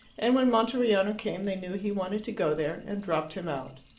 and when monteriano came they knew he wanted to go there, and dropped him out.